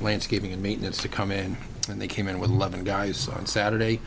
landscaping and maintenance to come in and they came in with loving guys on